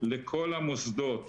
לכל המוסדות